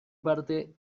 parte